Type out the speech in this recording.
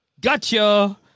Gotcha